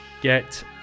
Get